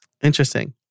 Interesting